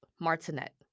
Martinet